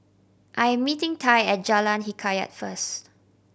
I am meeting Tye at Jalan Hikayat first